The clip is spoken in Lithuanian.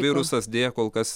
virusas deja kol kas